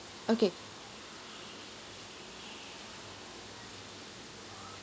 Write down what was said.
okay